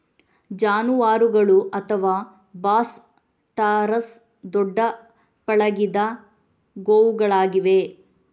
ಜಾನುವಾರುಗಳು ಅಥವಾ Bos taurus ದೊಡ್ಡ ಪಳಗಿದ ಗೋವುಗಳಾಗಿವೆ